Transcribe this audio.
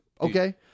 okay